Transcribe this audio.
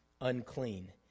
unclean